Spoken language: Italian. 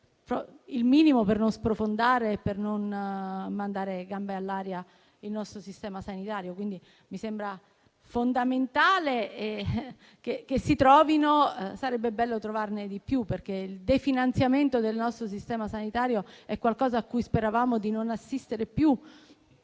il minimo per non sprofondare e non mandare il nostro sistema sanitario a gambe all'aria. Mi sembra quindi fondamentale che si trovino, ma sarebbe bello trovarne di più, perché il definanziamento del nostro sistema sanitario è qualcosa a cui speravamo di non assistere più